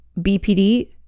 BPD